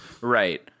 Right